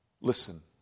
listen